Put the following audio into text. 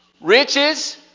riches